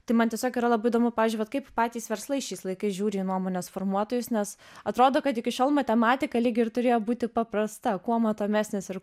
tai man tiesiog yra labai įdomu pavyzdžiui vat kaip patys verslai šiais laikais žiūri į nuomonės formuotojus nes atrodo kad iki šiol matematika lyg ir turėjo būti paprasta kuo matomesnis ir